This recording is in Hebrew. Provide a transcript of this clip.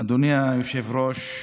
אדוני היושב-ראש,